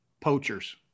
Poachers